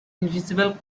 invisible